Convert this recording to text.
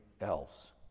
else